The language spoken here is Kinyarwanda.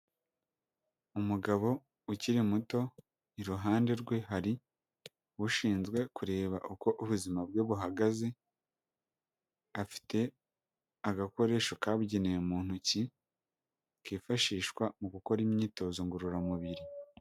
Umugabo ukiri muto, iruhande rwe hari ushinzwe kureba uko ubuzima bwe buhagaze, afite agakoresho kabugenewe mu ntoki, kifashishwa mu gukora imyitozo ngororamubiri.